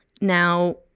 Now